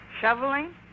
Shoveling